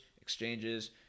exchanges